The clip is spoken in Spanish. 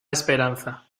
esperanza